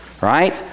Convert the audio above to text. right